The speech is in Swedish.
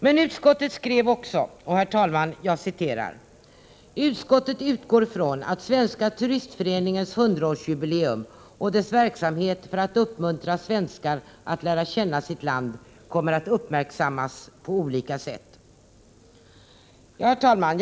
Men utskottet skrev också: ”Utskottet utgår från att Svenska turistföreningens 100-årsjubileum och dess verksamhet för att uppmuntra svenskar att lära känna sitt land kommer att uppmärksammas på olika sätt.” Herr talman!